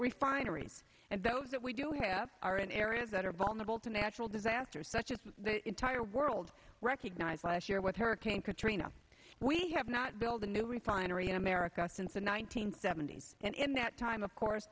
refineries and those that we do have are in areas that are vulnerable to natural disasters such as the entire world recognized last year with hurricane katrina we have not built a new refinery in america since the one nine hundred seventy s and in that time of course